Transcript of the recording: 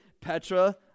petra